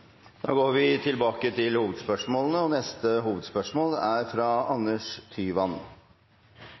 til å videreføre. Da går vi til neste hovedspørsmål.